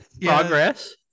Progress